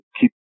keep